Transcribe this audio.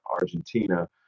argentina